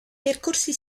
percorsi